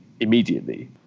Immediately